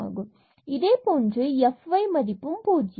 இதே போன்று f y மதிப்பு பூஜ்யம் ஆகும்